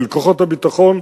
של כוחות הביטחון,